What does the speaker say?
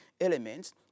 elements